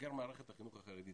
שבוגר מערכת החינוך החרדית